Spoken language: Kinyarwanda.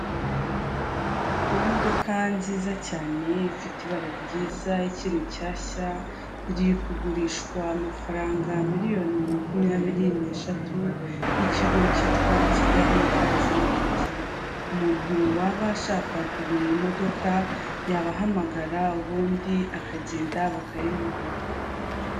Imodoka nziza cyane ifite ibara ryiza ikiri nshyashya iri kugurishwa amafaranga miliyoni makumyabiri n'eshatu n'ikigo cyitwa Kigali kazi maketi, umuntu waba ashaka kugura iyi modoka yabahamagara ubundi akagenda bakayimuha.